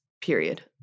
period